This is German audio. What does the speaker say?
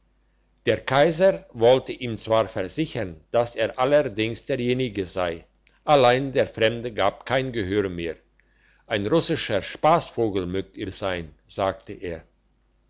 der kaiser wollte ihn zwar versichern dass er allerdings derjenige sei allein der fremde gab kein gehör mehr ein russischer spassvogel möget ihr sein sagte er